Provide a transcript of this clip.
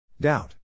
Doubt